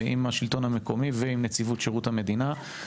עם השלטון המקומי ועם נציבות שירות המדינה.